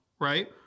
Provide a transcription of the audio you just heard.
right